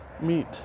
meet